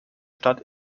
stadt